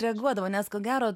reaguodavo nes ko gero